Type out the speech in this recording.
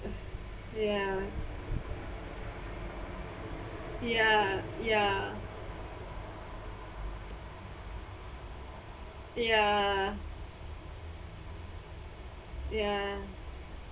ya ya ya ya ya